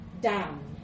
down